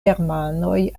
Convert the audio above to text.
germanoj